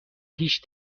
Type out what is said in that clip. هیچ